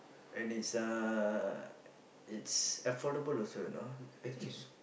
and it's uh it's affordable also you know actually